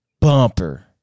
bumper